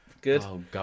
Good